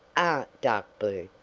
are dark blue,